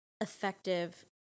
effective